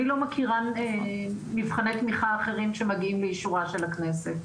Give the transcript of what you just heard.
אני לא מכירה מבחני תמכיה אחרים שמגיעים לאישורה של הכנסת.